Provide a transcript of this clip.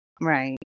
Right